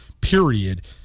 period